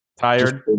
Tired